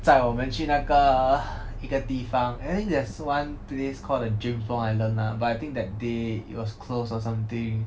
载我们去那个一个地方 and there there's one place called the james bond island lah but I think that day it was closed or something